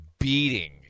beating